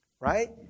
right